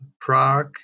Prague